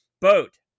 boat